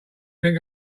think